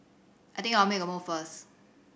I think I'll make a move first